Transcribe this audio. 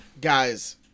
Guys